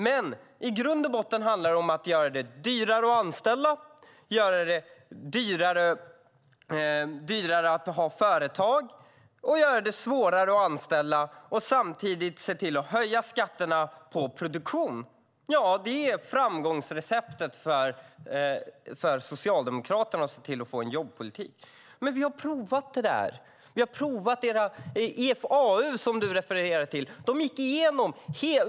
Men i grund och botten handlar det om att göra det dyrare att anställa, göra det dyrare att ha företag och göra det svårare att anställa och samtidigt se till att höja skatterna på produktion. Ja, det är Socialdemokraternas framgångsrecept för att få en jobbpolitik. Men vi har provat det där! Du refererar till IFAU.